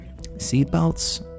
seatbelts